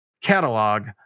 catalog